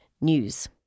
news